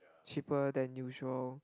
cheaper than usual